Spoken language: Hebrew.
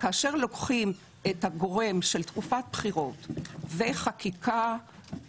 כאשר לוקחים את הגורם של תקופת בחירות וחקיקה